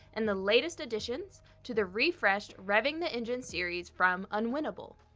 and the latest additions to the refreshed revving the engine series from unwinnable.